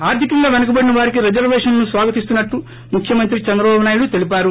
ఆర్థికంగా పెనుకబడిన వారికి రిజర్వేషన్లను స్వాగతిస్తున్నట్టు ముఖ్యమంత్రి చంద్రబాబు నాయుడు తెలిపారు